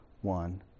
one